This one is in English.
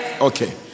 okay